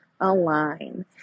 align